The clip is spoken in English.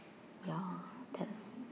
ya that's